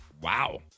Wow